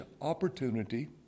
opportunity